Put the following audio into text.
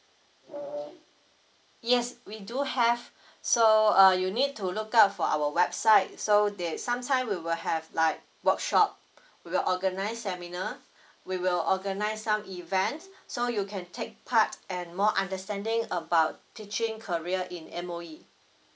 yes we do have so err you need to look out for our website so they~ sometime we will have like workshop we will organise seminar we will organise some events so you can take part and more understanding about teaching career in M_O_E